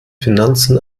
finanzen